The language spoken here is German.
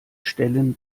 stellen